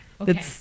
okay